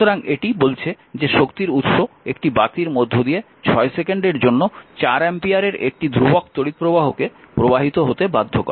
সুতরাং এটি বলছে যে শক্তির উত্স একটি বাতির মধ্য দিয়ে 6 সেকেন্ডের জন্য 4 অ্যাম্পিয়ারের একটি ধ্রুবক তড়িৎপ্রবাহকে প্রবাহিত হতে বাধ্য করে